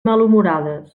malhumorades